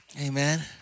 Amen